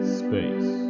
space